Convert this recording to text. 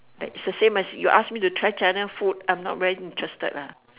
like it's the same as you ask me to try china food I'm not very interested ah